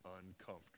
uncomfortable